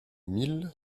mille